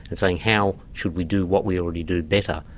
and saying, how should we do what we already do better?